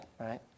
right